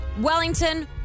Wellington